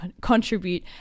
contribute